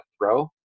throw